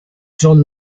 john